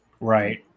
Right